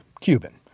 Cuban